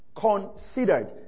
considered